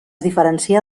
diferencia